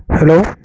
hello